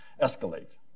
escalate